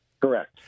Correct